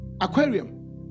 aquarium